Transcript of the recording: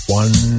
one